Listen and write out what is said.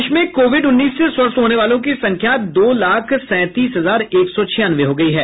देश में कोविड उन्नीस से स्वस्थ होने वालों की संख्या दो लाख सैंतीस हजार एक सौ छियानवे हो गई है